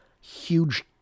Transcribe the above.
huge